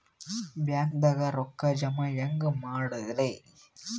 ಬ್ಯಾಂಕ್ದಾಗ ರೊಕ್ಕ ಜಮ ಹೆಂಗ್ ಮಾಡದ್ರಿ?